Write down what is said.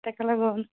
ताका लागून